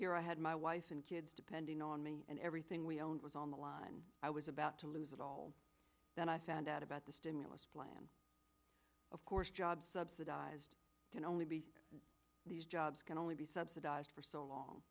here i had my wife and kids depending on me and everything we owned was on the line i was about to lose it all then i found out about the stimulus plan of course jobs subsidized can only be these jobs can only be subsidized for so long